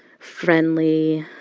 friendly,